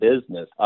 business